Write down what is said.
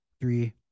three